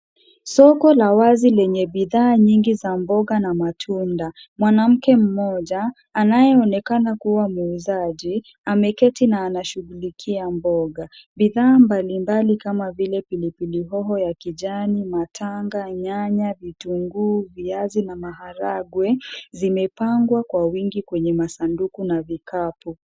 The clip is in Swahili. Soko la wazi lenye bidhaa nyingi za mboga na matunda. Mwanamke mmoja, anayeonekana kuwa muuzaji ameketi na anashughulikia mboga. Bidhaa mbalimbali kama vile pilipili hoho ya kijani, matanga, nyanya, vitunguu, viazi, na maharagwe zimepangwa kwa wingi kwenye masanduku na vikapu.